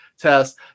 Test